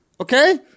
Okay